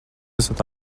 esat